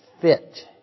fit